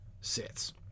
sits